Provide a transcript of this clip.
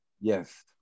Yes